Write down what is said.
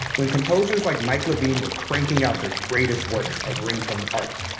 when composers like mike levine were cranking out their greatest works of ringtone art.